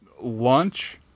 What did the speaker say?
lunch